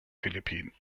philippinen